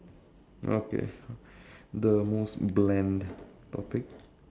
okay the most bland topic